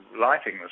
lighting